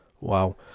Wow